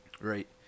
Right